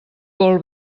vol